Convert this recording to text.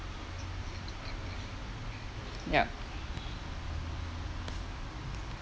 yup